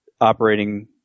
operating